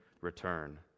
return